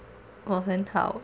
我很好